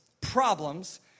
problems